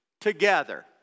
together